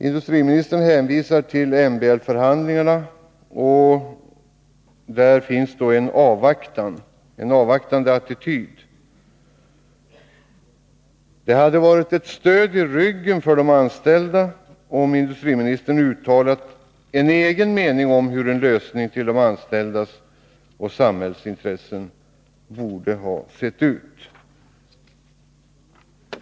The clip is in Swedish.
Industriministern hänvisar till MBL-förhandlingarna och intar en avvaktande attityd. Det hade varit ett stöd i ryggen för de anställda om industriministern hade uttalat en egen mening om hur en lösning i de anställdas och samhällets intresse borde ha sett ut.